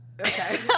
Okay